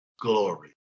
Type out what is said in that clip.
glory